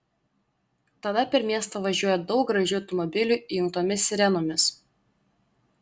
tada per miestą važiuoja daug gražių automobilių įjungtomis sirenomis